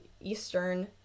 Eastern